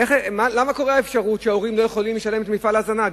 איך קורה שההורים לא יכולים לשלם על ההזנה?